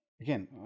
again